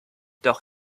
doch